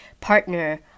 partner